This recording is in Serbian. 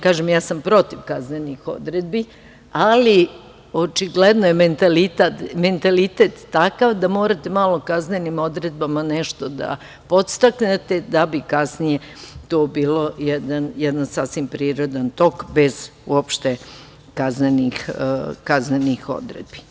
Kažem, ja sam protiv kaznenih odredbi, ali očigledno je mentalitet takav da morate malo kaznenim odredbama nešto da podstaknete da bi kasnije to bilo jedan sasvim prirodan tog bez uopšte kaznenih odredbi.